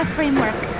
Framework